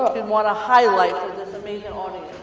you'd wanna highlight for this amazing audience?